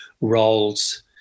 roles